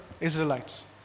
Israelites